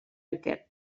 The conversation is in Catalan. aquest